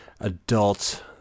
adult